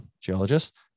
geologists